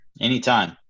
Anytime